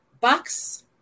Box